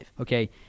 okay